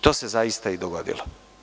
To se zaista i dogodilo.